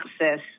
access